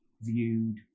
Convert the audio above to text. viewed